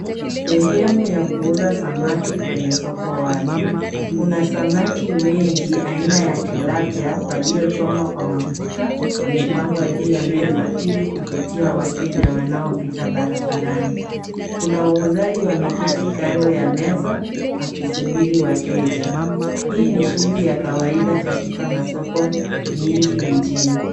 Sehemu ya kuuza samaki kwenye soko wazi. Kuna samaki wengi aina ya tilapia waliochomwa kwa mafuta. Wamepangwa juu ya meza ili kuvutia wateja wanaopita barabarani. Kuna wauzaji wameketi kando ya meza wakisubiri wateja, hii ni shughuli ya kawaida katika masoko nyingi mjini.